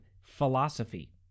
philosophy